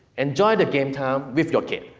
enjoy the game time with your kid.